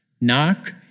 Knock